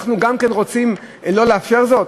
אנחנו גם כן רוצים לא לאפשר זאת?